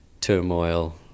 turmoil